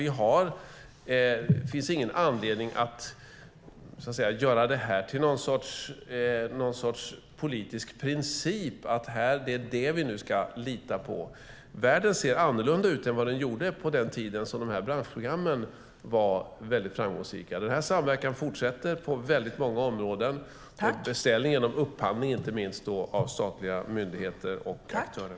Men det finns ingen anledning att göra detta till någon sorts politisk princip och att det är detta som vi nu ska lita på. Världen ser annorlunda ut än vad den gjorde på den tiden som dessa branschprogram var framgångsrika. Den här samverkan fortsätter på väldigt många områden när det gäller beställning och upphandling, inte minst från statliga myndigheter och aktörer.